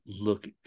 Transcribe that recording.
look